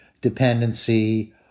dependency